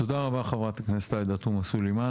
תודה רבה חה"כ עאידה תומא סלימאן.